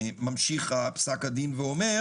ממשיך פסק הדין ואומר